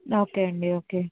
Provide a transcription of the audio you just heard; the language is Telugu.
ఓకే అండి ఓకే